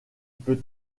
peut